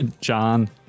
john